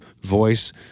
voice